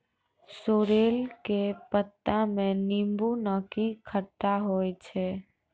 sorrel के पत्ता मॅ नींबू नाकी खट्टाई होय छै